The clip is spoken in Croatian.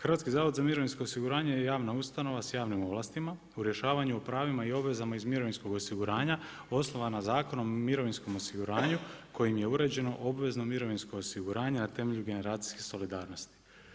Hrvatski zavod za mirovinsko osiguranje je javna ustanova sa javnim ovlastima u rješavanju o pravima i obvezama iz mirovinskog osiguranja, osnovana Zakonom o mirovinskom osiguranju kojim je uređeno obvezeno mirovinsko osiguranje na temelju generacijske solidarnosti.